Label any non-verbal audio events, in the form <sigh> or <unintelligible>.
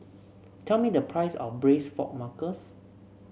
tell me the price of braise fork <unintelligible>